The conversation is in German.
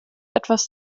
etwas